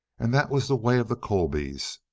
and that was the way of the colbys.